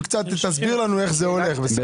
ותסביר לנו איך זה הולך גם.